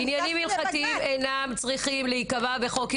עניינים הלכתיים אינם צריכים להיקבע בחוק.